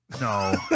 No